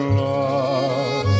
love